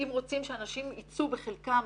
אם רוצים שאנשים ייצאו בחלקם